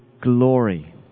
glory